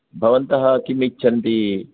भवन्तः किम् इच्छन्ति